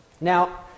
Now